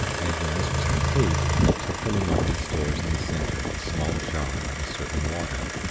and when this was complete, i took from among my stores in the center a small jar of a certain water.